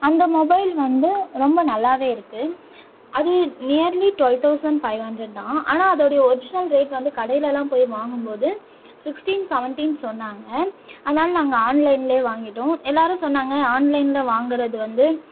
அந்த மொபைல் வந்து ரொம்ப நல்லாவே இருக்குது அது nearly twelve thousand five hundred தான் ஆனால் அதுடைய ஒரிஜினல் ரேட் வந்து கடையிலெலாம் போய் வாங்கும் போது சிக்ஸ்டீன் சவன்டீன் சொன்னாங்க அதனால நாங்கள் ஆன்லைனிலேயே வாங்கிவிட்டோம் எல்லாேரும் சொன்னாங்க ஆன்லைனில் வாங்கிறது வந்து